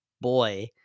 boy